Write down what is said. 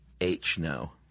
H-no